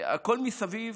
הכול מסביב,